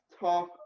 talk